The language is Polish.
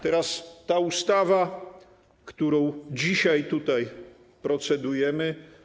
Teraz ta ustawa, nad którą dzisiaj tutaj procedujemy.